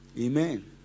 Amen